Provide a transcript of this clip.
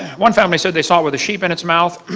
one family said they saw it with a sheep in its mouth.